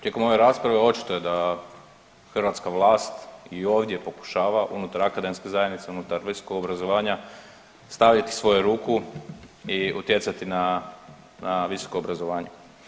Tijekom ove rasprave očito je da hrvatska vlast i ovdje pokušava unutar akademske zajednice, unutar visokog obrazovanja staviti svoju ruku i utjecati na visoko obrazovanje.